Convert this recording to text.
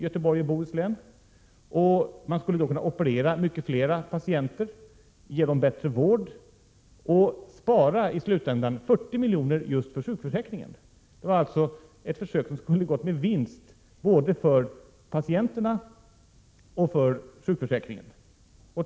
Man skulle då ha kunnat operera många fler patienter, ge dem bättre vård och i slutändan spara 40 milj.kr. just för sjukförsäkringen. Det var således ett försök som kunde ha gått med vinst både för patienterna och för sjukförsäkringen.